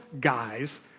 guys